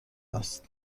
است